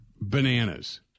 bananas